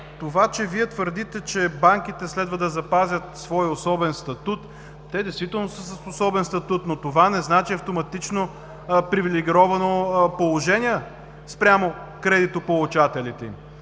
това – твърдите, че банките следва да запазят своя особен статут. Те действително са с особен статут, но това не значи автоматично привилегировано положение спрямо кредитополучателите им.